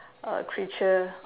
uh creature